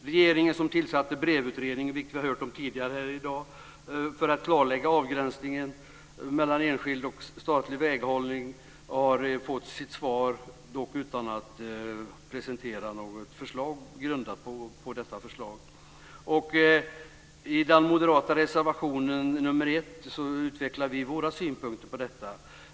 Regeringen tillsatte BREV-utredningen, som vi tidigare har hört här i dag, för att klarlägga avgränsningen mellan enskild och statlig väghållning och har fått sitt svar, dock utan att presentera något förslag grundat på detta förslag. I den moderata reservationen nr 1 utvecklar vi våra synpunkter på detta.